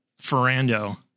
Ferrando